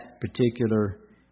particular